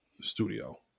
studio